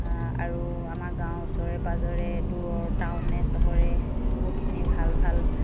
আৰু আমাৰ গাঁওৰ ওচৰে পাঁজৰে দূৰৰ টাউনে চহৰে বহুতখিনি ভাল ভাল